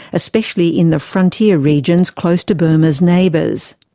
especially in the frontier regions close to burma's neighbours.